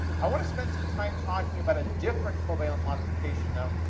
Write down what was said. i want to spend some time talking about a different covalent modification, though,